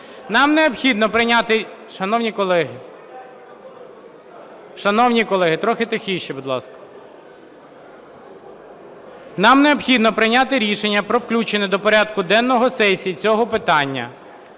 Нам необхідно прийняти рішення про включення до порядку денного сесії цього питання.